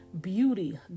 beauty